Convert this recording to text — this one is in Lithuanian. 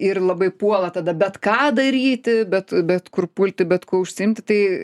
ir labai puola tada bet ką daryti bet bet kur pulti bet kuo užsiimti tai